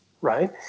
Right